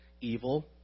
evil